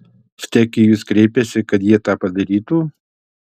vtek į jus kreipėsi kad jie tą padarytų